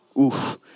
Oof